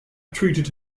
treated